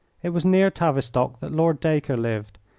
it was near tavistock that lord dacre lived,